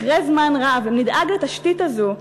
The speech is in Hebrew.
אחרי זמן רב נדאג לתשתית הזאת,